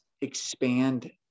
expand